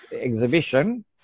exhibition